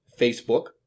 Facebook